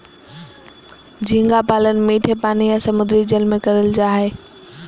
झींगा पालन मीठे पानी या समुंद्री जल में करल जा हय